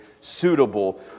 suitable